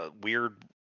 weird